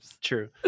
true